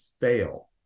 fail